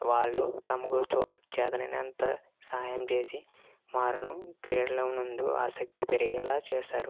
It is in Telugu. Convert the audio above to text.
వాళ్ళు తమకు చేతనయినంత సహాయం చేసి వారును క్రీడల నందు ఆసక్తి పెరిగేలా చేసారు